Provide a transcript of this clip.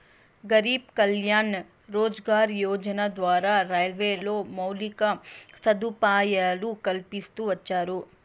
గరీబ్ కళ్యాణ్ రోజ్గార్ యోజన ద్వారా రైల్వేలో మౌలిక సదుపాయాలు కల్పిస్తూ వచ్చారు